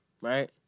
right